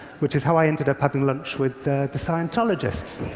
which is how i ended up having lunch with the scientologists.